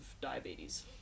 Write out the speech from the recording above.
diabetes